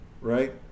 right